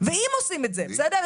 ואם עושים את זה, בסדר?